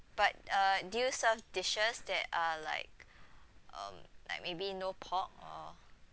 but uh do serve dishes that are like um like maybe no pork or